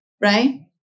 Right